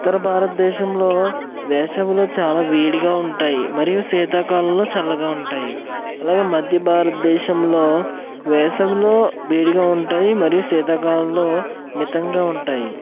ఉత్తర భారతదేశంలో వేసవిలో చాలా వేడిగా ఉంటాయి మరియు శీతాకాలంలో చల్లగా ఉంటాయి అలాగే మధ్య భారతదేశంలో వేసవిలో వేడిగా ఉంటాయి మరియు శీతాకాలంలో మితంగా ఉంటాయి